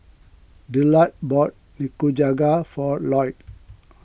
Dillard bought Nikujaga for Lloyd